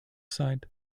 side